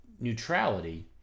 neutrality